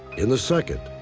in the second,